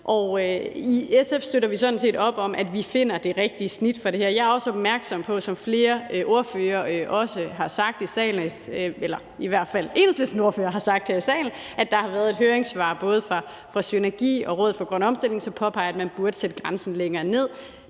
i SF støtter vi sådan set op om, at vi finder det rigtige snit for det her. Jeg er også opmærksom på, som i hvert fald også Enhedslistens ordfører har sagt her i salen, at der har været et høringssvar fra SYNERGI og Rådet for Grøn Omstilling, som påpeger, at man burde sætte grænsen længere ned.